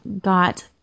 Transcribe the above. got